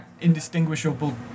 indistinguishable